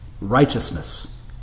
righteousness